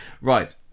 Right